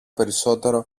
περισσότερο